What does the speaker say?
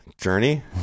Journey